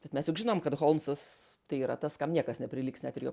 bet mes juk žinom kad holmsas tai yra tas kam niekas neprilygs net ir jo